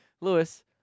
Lewis